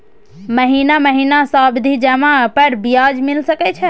महीना महीना सावधि जमा पर ब्याज मिल सके छै?